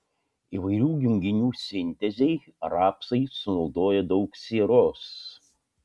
įvairių junginių sintezei rapsai sunaudoja daug sieros